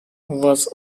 was